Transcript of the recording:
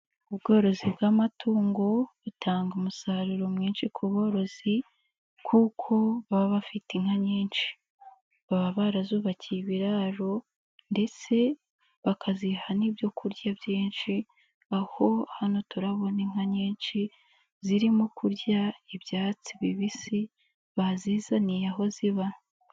Ubworozi bw'amatungo butanga umusaruro mwinshi ku borozi kuko baba bafite inka nyinshi, baba barazubakiye ibiraro ndetse bakaziha n'ibyo ku kurya byinshi aho hano turabona inka nyinshi zirimo kurya ibyatsi bibisi bazizaniye aho ziba.